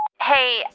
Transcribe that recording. Hey